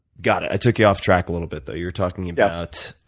got it. i took you off track a little bit though. you were talking about